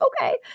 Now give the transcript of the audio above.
okay